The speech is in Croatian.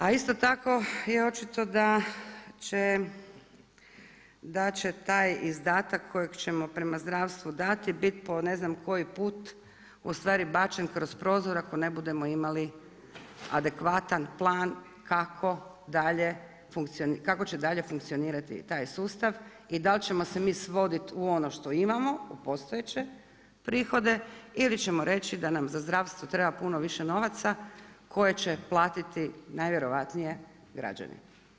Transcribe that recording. A isto tako je očito da će taj izdatak kojeg ćemo prema zdravstvu dati biti po ne znam koji put, ustvari bačen kroz prozor, ako ne budemo imali adekvatan plan kako će dalje funkcionirati taj sustav i dal ćemo se mi svoditi u ono što imamo, u postojeće prihode ili ćemo reći da nam za zdravstvo treba puno više novaca koje će platiti najvjerojatnije građani.